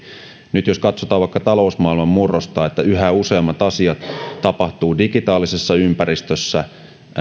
nyt jos katsotaan vaikka talousmaailman murrosta että yhä useammat asiat tapahtuvat digitaalisessa ympäristössä